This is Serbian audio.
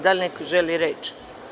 Da li neko želi reč?